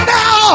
now